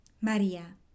María